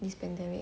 this pandemic